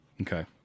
Okay